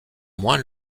moins